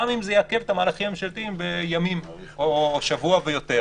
גם אם זה יעכב את המהלכים הממשלתיים בימים או בשבוע ויותר.